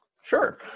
Sure